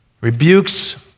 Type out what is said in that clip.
Rebukes